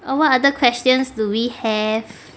what other questions do we have